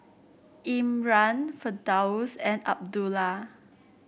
Imran Firdaus and Abdullah